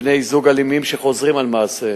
בני-זוג אלימים שחוזרים על מעשיהם,